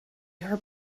her